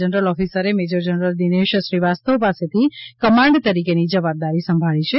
general ઓફિસરે major general Dinesh Shrivastava પાસેથી command તરીકેની જવાબદારી સંભાળી છે